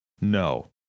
no